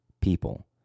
people